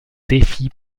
défi